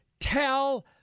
Tell